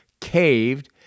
caved